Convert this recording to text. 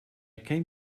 came